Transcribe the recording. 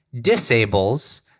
disables